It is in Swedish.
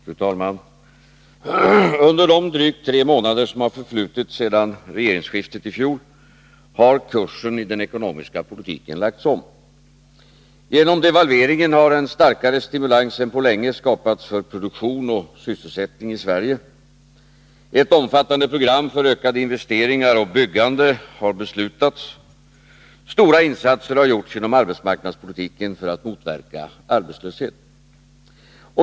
Fru talman! Under de drygt tre månader som har förflutit sedan regeringsskiftet i fjol har kursen i den ekonomiska politiken lagts om. Genom devalveringen har en starkare stimulans än på länge skapats för produktion och sysselsättning i Sverige. Ett omfattande program för ökade investeringar och byggande har beslutats. Stora insatser har gjorts inom arbetsmarknadspolitiken för att motverka arbetslöshet.